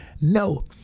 No